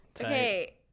okay